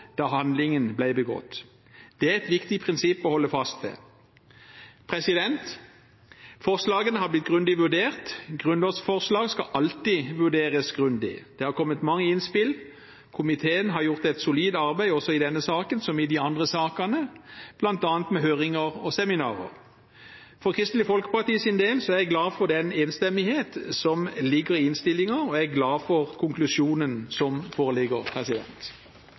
da handlingen ble begått. Det er et viktig prinsipp å holde fast ved. Forslagene har blitt grundig vurdert – grunnlovsforslag skal alltid vurderes grundig. Det har kommet mange innspill, komiteen har gjort et solid arbeid også i denne saken som i de andre sakene, bl.a. med høringer og seminarer. For Kristelig Folkepartis del er jeg glad for den enstemmighet som ligger i innstillingen, og jeg er glad for konklusjonen som foreligger.